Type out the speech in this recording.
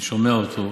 אני שומע אותו,